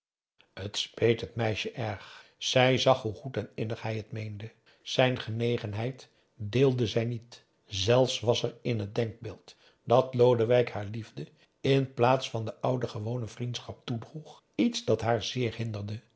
het speet t meisje erg zij zag hoe goed en innig hij het meende zijn genegenheid deelde zij niet zelfs was er in het denkbeeld dat lodewijk haar liefde in plaats van de oude gewone vriendschap toedroeg iets dat haar zeer hinderde